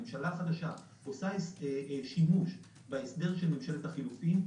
הממשלה החדשה עושה שימוש בהסדר של ממשלת החילופים,